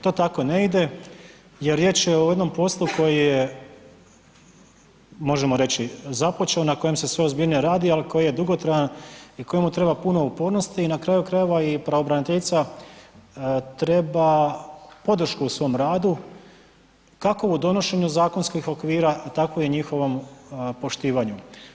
To tako ne ide, jer riječ je o jednom poslu koji je možemo reći započeo, na kojem se sve ozbiljnije radi, ali koji je dugotrajan i kojemu treba puno upornosti i na kraju krajeva i pravobranitelja treba podršku u svom radu, kako u donošenju zakonskih okvira, tako i njihovom poštivanju.